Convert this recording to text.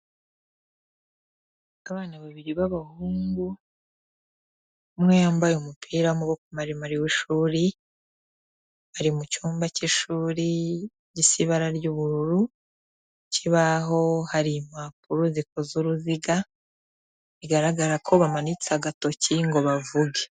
Abana babiri b'abahungu, umwe yambaye umupira w'amaboko maremare w'ishuri, bari mu cyumba cy'ishuri gisa ibara ry'ubururu, ku kibaho hari impapuro zikoze uruziga, bigaragara ko bamanitse agatoki ngo bavuge.